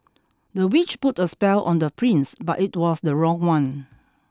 the witch put a spell on the prince but it was the wrong one